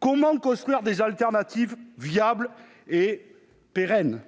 Comment construire des alternatives viables et pérennes,